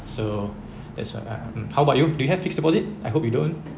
so that's why I um how about you do you have fixed deposit I hope you don't